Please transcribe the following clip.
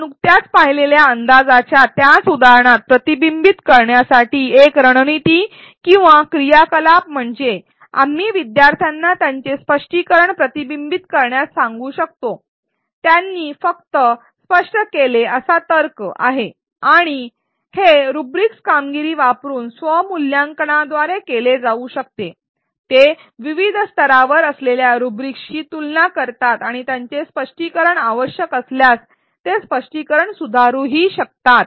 आपण नुकत्याच पाहिलेल्या अंदाजाच्या त्याच उदाहरणात प्रतिबिंबित करण्यासाठी एक रणनीती किंवा क्रियाकलाप म्हणजे आपण शिकणाऱ्यांना त्यांचे स्पष्टीकरण प्रतिबिंबित करण्यास सांगू शकतो त्यांनी फक्त स्पष्टीकरण दिले या कारणास्तव आणि कामकाजाचे विविध स्तर असलेल्या रुब्रिक्स कामगिरी रुब्रिक्सचा वापर करून स्व मूल्यांकनद्वारे हे केले जाऊ शकते ते विविध स्तरावर असलेल्या रुब्रिकशी तुलना करतात आणि त्यांचे स्पष्टीकरण आवश्यक असल्यास ते स्पष्टीकरण सुधारू शकतात